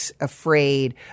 afraid